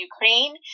Ukraine